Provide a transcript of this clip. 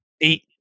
eight